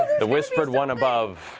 the whispered one above,